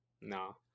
No